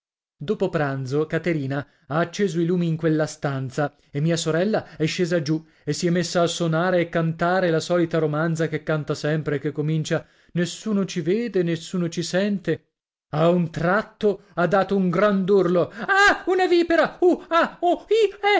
dopo pranzo caterina ha acceso i lumi in quella stanza e mia sorella è scesa giù e si è messa a sonare e cantare la solita romanza che canta sempre e che comincia nessuno ci vede nessuno ci sente a un tratto ha dato un grand'urlo ah una vipera uh